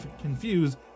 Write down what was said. confused